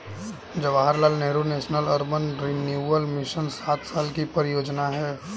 Jawaharlal Nehru national urban renewal mission सात साल की परियोजना है